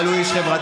אבל הוא איש חברתי,